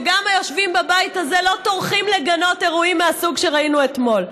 וגם היושבים בבית הזה לא טורחים לגנות אירועים מהסוג שראינו אתמול.